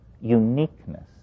uniqueness